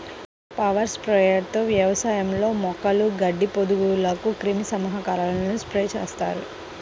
power sprayer తో వ్యవసాయంలో మొక్కలు, గడ్డి, పొదలకు క్రిమి సంహారకాలను స్ప్రే చేస్తారు